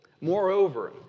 Moreover